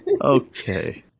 okay